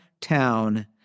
town